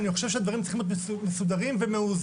אני חושב שהדברים צריכים להיות מסודרים ומאוזנים.